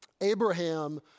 Abraham